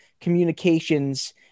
communications